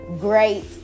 great